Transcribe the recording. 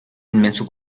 inmenso